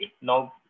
Now